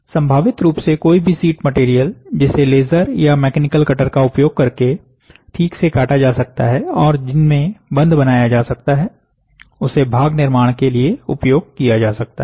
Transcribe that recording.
संभावित रूप से कोई भी शीट मटेरियल जिसे लेजर या मैकेनिकल कटर का उपयोग करके ठीक से काटा जा सकता है और जिनमें बंध बनाया जा सकता है उसे भाग निर्माण के लिए उपयोग किया जा सकता है